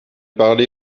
parlé